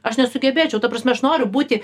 aš nesugebėčiau ta prasme aš noriu būti